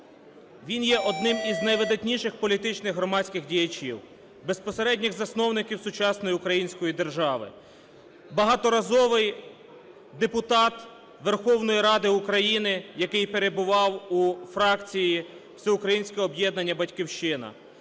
Він є одним із найвидатніших політичних і громадських діячів, безпосередніх засновників сучасної української держави. Багаторазовий депутат Верховної Ради України, який перебував у фракції "Всеукраїнського об'єднання "Батьківщина".